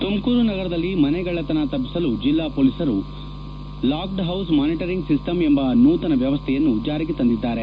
ತುಮಕೂರು ನಗರದಲ್ಲಿ ಮನೆಗಳ್ಳತನ ತಪ್ಪಿಸಲು ಜಿಲ್ಲಾ ಪೋಲಿಸರು ಲಾಕ್ಡ್ ಹೌಸ್ ಮಾನಿಟರಿಂಗ್ ಸಿಸ್ವಂ ಎಂಬ ನೂತನ ವ್ಯವಸ್ಥೆಯನ್ನು ಜಾರಿಗೆ ತಂದಿದ್ದಾರೆ